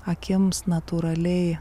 akims natūraliai